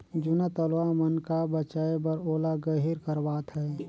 जूना तलवा मन का बचाए बर ओला गहिर करवात है